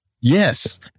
Yes